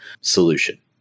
solution